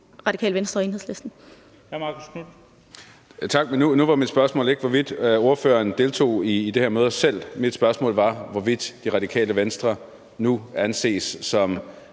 Radikale Venstre og Enhedslisten.